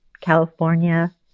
California